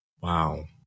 Wow